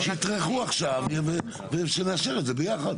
אז אולי תטרחו, תשבו עכשיו, ונאשר את הכל ביחד.